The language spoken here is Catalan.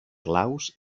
claus